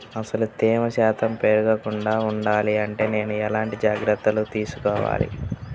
అసలు తేమ శాతం పెరగకుండా వుండాలి అంటే నేను ఎలాంటి జాగ్రత్తలు తీసుకోవాలి?